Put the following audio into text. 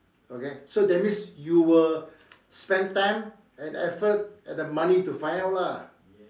okay so that means you will spend time and effort and the money to find out lah